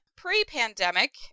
Pre-pandemic